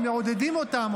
מעודדים אותם,